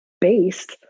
based